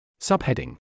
Subheading